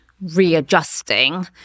readjusting